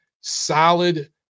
solid